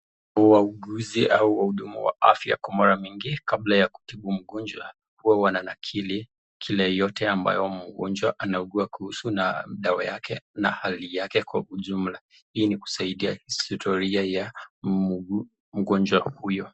Wauguzi au wahudumu wa afya kwa mara mingi kabla ya kutibu mgonjwa huwa wananakili, kile yote ambayo mgonjwa anauguwa kuhusu na dawa yake na hali yake kwa ujumla. Hii ni kusaidia historia ya mgonjwa huyo.